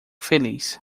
feliz